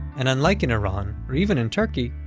and unlike in iran, or even in turkey,